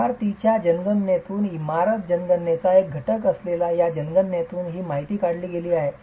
इमारतीच्या जनगणनेतून इमारत जनगणनेचा एक घटक असलेल्या या जनगणनेतून ही माहिती काढली गेली आहे